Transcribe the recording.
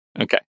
Okay